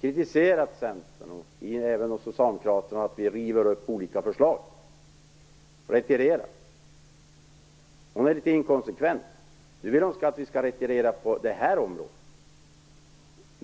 kritiserat Centern och Socialdemokraterna för att vi river upp förslag och retirerar. Anne Wibble är litet inkonsekvent. Nu vill Anne Wibble att vi skall retirera på detta område.